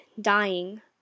dying